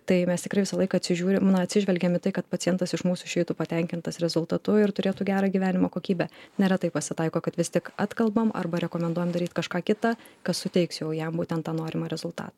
tai mes tikrai visą laiką atsižiūrim atsižvelgiam į tai kad pacientas iš mūsų išeitų patenkintas rezultatu ir turėtų gerą gyvenimo kokybę neretai pasitaiko kad vis tik atkalbam arba rekomenduojam daryt kažką kitą kas suteiks jau jam būtent tą norimą rezultatą